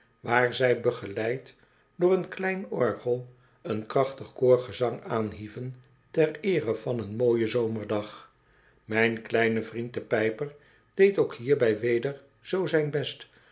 waar zij begeleid door een klein orgel een krachtig koorgezang aanhieven ter eerc van een mooien zomerdag myn kleine vriend de pijper deed ook hierbij weder zoo zijn best